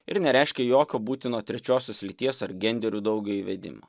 ir nereiškia jokio būtino trečiosios lyties ar genderių daugio įvedimą